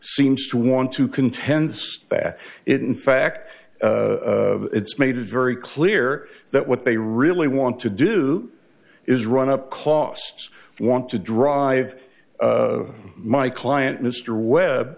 seems to want to contend that it in fact it's made it very clear that what they really want to do is run up costs we want to drive my client mr web